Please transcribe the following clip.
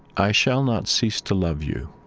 i shall not cease to love you.